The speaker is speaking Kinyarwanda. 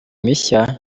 mishya